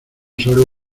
salgo